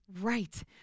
Right